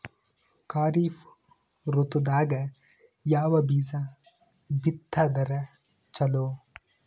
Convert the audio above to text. ಖರೀಫ್ ಋತದಾಗ ಯಾವ ಬೀಜ ಬಿತ್ತದರ ಚಲೋ?